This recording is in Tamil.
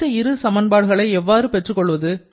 அடுத்த இரு சமன்பாடுகளை எவ்வாறு பெற்றுக் கொள்வது